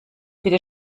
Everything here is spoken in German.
bitte